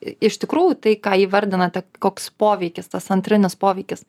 iš tikrųjų tai ką įvardinate koks poveikis tas antrinis poveikis